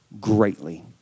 greatly